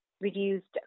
reduced